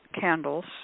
candles